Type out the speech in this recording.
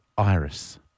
Iris